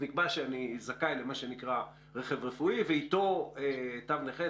נקבע שאני זכאי למה שנקרא רכב רפואי ואתו תו נכה.